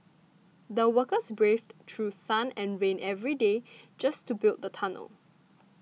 the workers braved through sun and rain every day just to build the tunnel